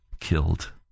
killed